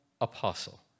apostle